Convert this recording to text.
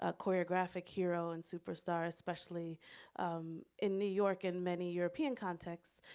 ah choreographic hero and superstar, especially in new york in many european context,